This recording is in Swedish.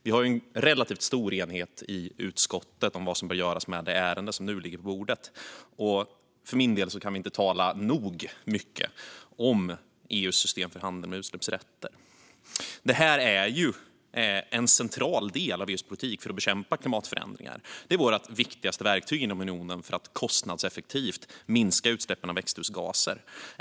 Det råder en relativt stor enighet i utskottet om vad som bör göras med det ärende som nu ligger på bordet. För min del kan vi inte tala nog mycket om EU:s system för handel med utsläppsrätter. Detta är en central del av EU:s politik för att bekämpa klimatförändringar, och det är vårt viktigaste verktyg inom unionen för att kostnadseffektivt minska utsläppen av växthusgaser.